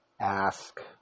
ask